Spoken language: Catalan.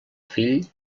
fill